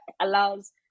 allows